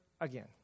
again